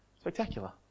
Spectacular